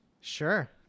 Sure